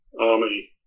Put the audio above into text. army